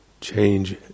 change